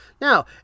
Now